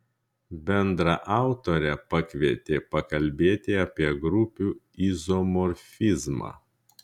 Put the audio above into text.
bendraautorę pakvietė pakalbėti apie grupių izomorfizmą